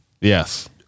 Yes